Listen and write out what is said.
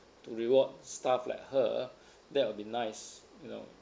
to reward staff like her that would be nice you know